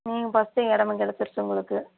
நீங்கள் ஃபர்ஸ்ட்டே இடமும் கிடச்சிருச்சி உங்களுக்கு